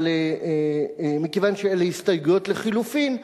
אבל מכיוון שאלה ההסתייגויות לחלופין,